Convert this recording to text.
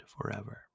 forever